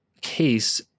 case